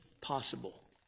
possible